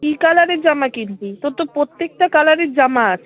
কী কালারের জামা কিনবি তোর তো প্রত্যেকটা কালারের জামা আছে